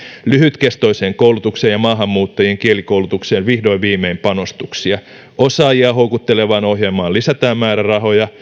lyhytkestoiseen koulutukseen ja maahanmuuttajien kielikoulutukseen vihdoin viimein panostuksia osaajia houkuttelevaan ohjelmaan lisätään määrärahoja